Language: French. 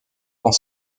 quand